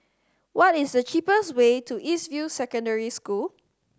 what is the cheapest way to East View Secondary School